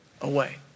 away